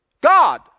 God